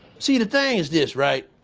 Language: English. see, the thing is this, right?